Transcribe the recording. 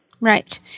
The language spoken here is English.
Right